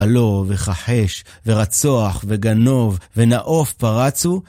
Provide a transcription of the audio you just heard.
עלה וכחש ורצוח וגנוב ונאוף פרצו